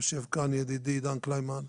יושב כאן ידידי עידן קלימן,